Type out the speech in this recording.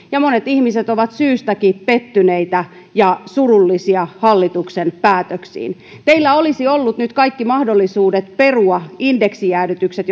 ja monet ihmiset ovat syystäkin pettyneitä ja surullisia hallituksen päätöksiin teillä olisi ollut nyt kaikki mahdollisuudet perua indeksijäädytykset